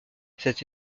cette